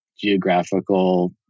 geographical